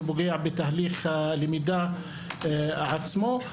ופוגע בתהליך הלמידה עצמו.